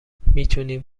میتونیم